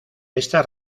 esta